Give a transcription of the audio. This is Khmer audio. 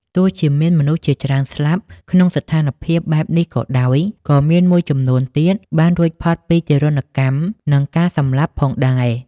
ទោះជាមានមនុស្សជាច្រើនស្លាប់ ក្នុងស្ថានភាពបែបនេះក៏ដោយ ក៏មានមួយចំនួនទៀតបានរួចផុតពីទារុណកម្មនិងការសម្លាប់ផងដែរ។